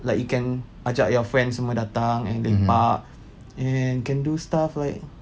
like you can ajak your friends semua datang and lepak and can do stuff like